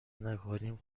نکنیم